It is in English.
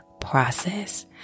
process